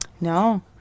no